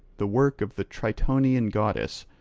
the work of the tritonian goddess,